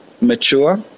mature